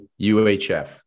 UHF